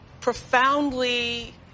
profoundly